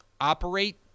operate